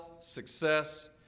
success